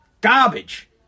Garbage